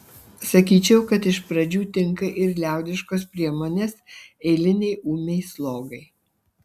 sakyčiau kad iš pradžių tinka ir liaudiškos priemonės eilinei ūmiai slogai